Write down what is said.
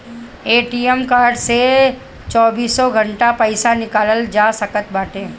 ATM card से चौबीसों घंटा पईसा निकालल जा सकत बाटे